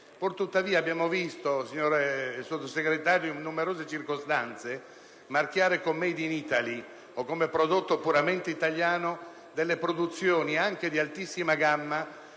Purtuttavia abbiamo visto, signor Sottosegretario, in numerose circostanze marchiare con *made in Italy* o come prodotto puramente italiano delle produzioni, (anche di altissima gamma)